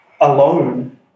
alone